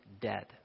dead